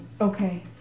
Okay